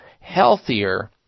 healthier